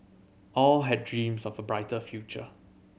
all had dreams of a brighter future